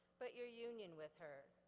but your union with her.